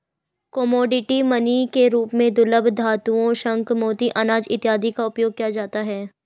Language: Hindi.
कमोडिटी मनी के रूप में दुर्लभ धातुओं शंख मोती अनाज इत्यादि का उपयोग किया जाता है